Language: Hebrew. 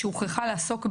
זה לא ניתן לביצוע,